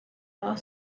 your